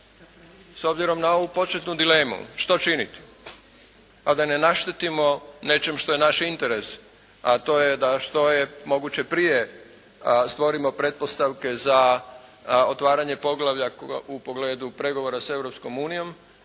s obzirom na ovu početnu dilemu što činiti, a da ne naštetimo nečem što je naš interes, a to je da što je moguće prije stvorimo pretpostavke za otvaranje poglavlja u pogledu pregovora sa